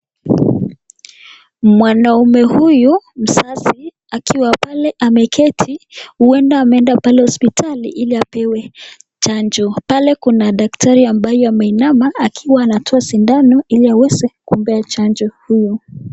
Mwanaume huyu mzazi akiwa pale ameketi huenda ameenda pale hospitali ili apewe chanjo, pale kuna daktari ambaye ameinama akiwa anatoa sindano ili aweze kumpea chanjo huo.